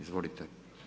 Izvolite.